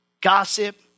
gossip